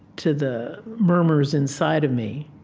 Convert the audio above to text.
to the murmurs inside of me.